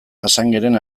assangeren